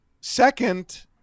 second